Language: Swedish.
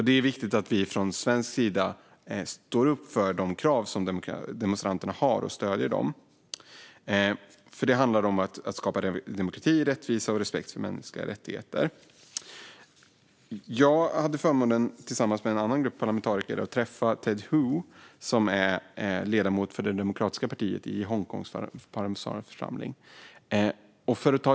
Det är viktigt att vi från svensk sida står upp för de krav som demonstranterna har och stöder dem. Det handlar om att skapa demokrati, rättvisa och respekt för mänskliga rättigheter. Jag hade förmånen att tillsammans med en annan grupp parlamentariker träffa Ted Hui, som är ledamot för Demokratiska partiet i Hongkongs parlamentariska församling.